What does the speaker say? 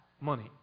money